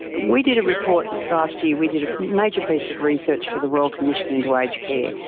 we did a report last year, we did a major piece of research for the royal commission into aged care,